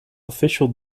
official